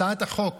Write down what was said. הצעת החוק